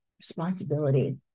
Responsibility